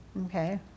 Okay